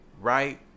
right